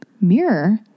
mirror